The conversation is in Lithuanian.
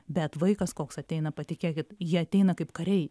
bet vaikas koks ateina patikėkit jie ateina kaip kariai